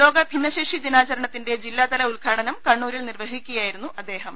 ലോക ഭിന്നശേഷി ദിനാചരണത്തിന്റെ ജില്ലാതല ഉദ്ഘാടനം കണ്ണൂരിൽ നിർവഹിക്കുകയായിരുന്നു അദ്ദേഹം